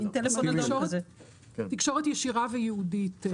תקשורת ישירה וייעודית.